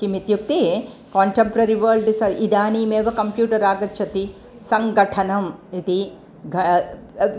किम् इत्युक्ते काण्टेप्ररिवर्ल्ड् डिस् इदानीम् एव कम्प्यूटर् आगच्छति सङ्घटनम् इति घा